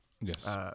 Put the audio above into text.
Yes